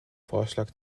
vorschlag